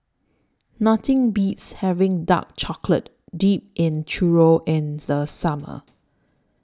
Nothing Beats having Dark Chocolate Dipped Churro in The Summer